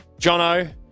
Jono